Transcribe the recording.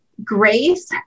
grace